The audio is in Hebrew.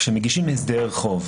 כאשר מגישים הסדר חוב,